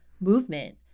movement